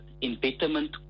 impediment